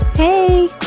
hey